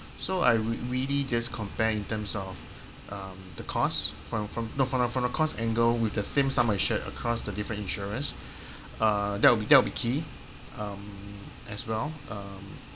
so I re~ really just compare in terms of um the cost from from no from from the cost angle with the same sum assured across the different insurers uh that will that will be key um as well uh